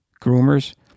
groomers